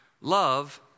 love